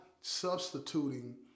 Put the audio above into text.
substituting